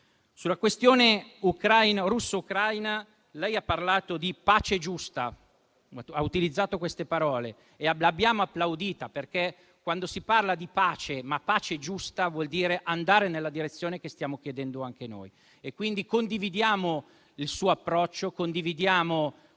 Sulla questione russo-ucraina, lei ha parlato di pace giusta, ha utilizzato queste parole e l'abbiamo applaudita, perché ha parlato di pace, ma pace giusta vuol dire andare nella direzione che stiamo chiedendo noi. Quindi condividiamo il suo approccio, quello